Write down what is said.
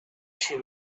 she